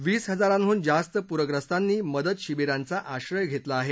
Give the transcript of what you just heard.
वीस हजारांडून जास्त पूर्यस्तांनी मदत शिविरांचा आश्रय घेतला आहे